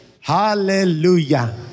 Hallelujah